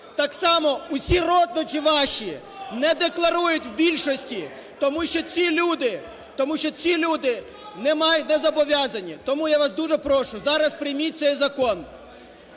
Так само усі родичі ваші не декларують в більшості, тому що ці люди, тому що ці люди не зобов'язані. Тому я вас дуже прошу, зараз прийміть цей закон.